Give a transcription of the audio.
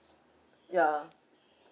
ya